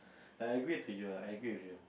I agree to you I agree with you